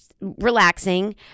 relaxing